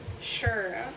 Sure